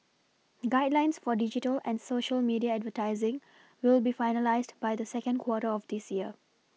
guidelines for digital and Social media advertising will be finalised by the second quarter of this year